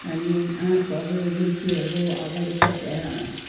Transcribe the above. अनि आँपहरू लिचीहरू अगाडि त द